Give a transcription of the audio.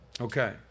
Okay